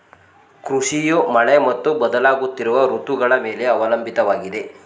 ಕೃಷಿಯು ಮಳೆ ಮತ್ತು ಬದಲಾಗುತ್ತಿರುವ ಋತುಗಳ ಮೇಲೆ ಅವಲಂಬಿತವಾಗಿದೆ